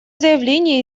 заявление